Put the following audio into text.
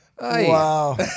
Wow